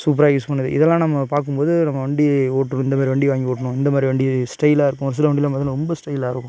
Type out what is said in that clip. சூப்பராக யூஸ் பண்ணுது இதெல்லாம் நம்ம பார்க்கும்போது நம்ம வண்டி ஓட்டணும் இந்த மாரி வண்டி வாங்கி ஓட்டணும் இந்த மாரி வண்டி ஸ்டைலாகருக்கும் ஒரு சில வண்டிலாம் பார்த்திங்கன்னா ரொம்ப ஸ்டைலாகருக்கும்